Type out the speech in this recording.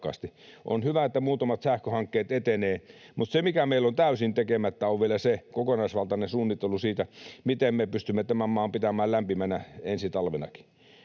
On hyvä, että muutamat sähköhankkeet etenevät, mutta se, mikä meillä on vielä täysin tekemättä, on kokonaisvaltainen suunnittelu siitä, miten me pystymme tämän maan pitämään lämpimänä ensi talvenakin.